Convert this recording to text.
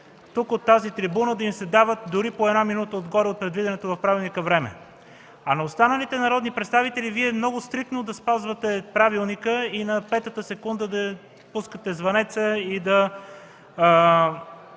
от тази трибуна да им се дават дори по една минута отгоре от предвиденото от правилника време, а на останалите народни представители Вие много стриктно да спазвате правилника и на петата секунда да пускате звънеца и да